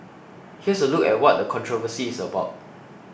here's a look at what the controversy is about